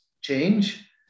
change